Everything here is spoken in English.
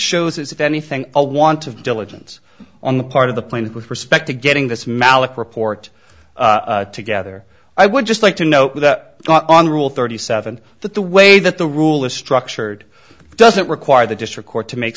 is if anything a want of diligence on the part of the plane with respect to getting this malick report together i would just like to note that on rule thirty seven that the way that the rule is structured doesn't require the district court to make